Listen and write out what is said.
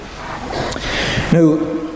Now